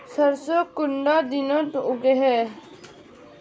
सरसों कुंडा दिनोत उगैहे?